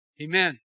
Amen